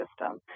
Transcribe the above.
system